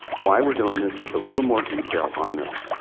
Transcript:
why we're doing this, just a little more detail on this.